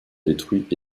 détruits